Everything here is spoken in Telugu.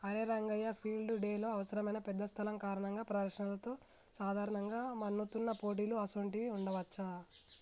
అరే రంగయ్య ఫీల్డ్ డెలో అవసరమైన పెద్ద స్థలం కారణంగా ప్రదర్శనలతో సాధారణంగా మన్నుతున్న పోటీలు అసోంటివి ఉండవచ్చా